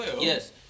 yes